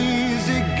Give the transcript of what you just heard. easy